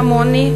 כמוני,